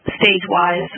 stage-wise